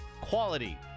quality